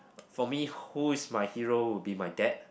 for me who is my hero will be my dad